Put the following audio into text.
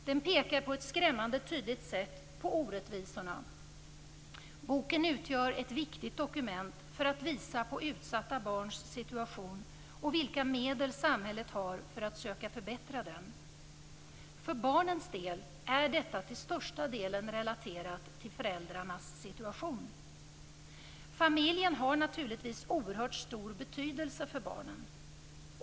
Den pekar på ett skrämmande tydligt sätt på orättvisorna. Boken utgör ett viktigt dokument för att visa på utsatta barns situation och vilka medel samhället har för att söka förbättra den. För barnens del är detta till största delen relaterat till föräldrarnas situation. Familjen har naturligtvis oerhört stor betydelse för barnen.